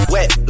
Wet